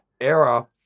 era